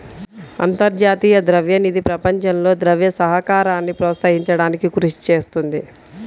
అంతర్జాతీయ ద్రవ్య నిధి ప్రపంచంలో ద్రవ్య సహకారాన్ని ప్రోత్సహించడానికి కృషి చేస్తుంది